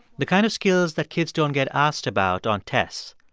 the kind of skills that kids don't get asked about on tests.